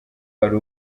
hari